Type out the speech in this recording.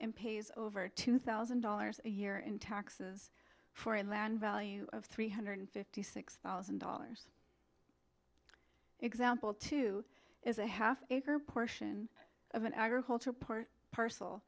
and pays over two thousand dollars a year in taxes for in land value of three hundred fifty six thousand dollars example two is a half acre portion of an agriculture part parcel